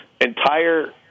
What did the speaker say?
entire